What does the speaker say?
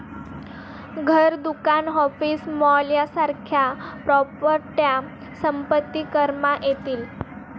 घर, दुकान, office, mall यासारख्या प्रॉपर्ट्या संपत्ती करमा येतीस